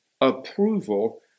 Approval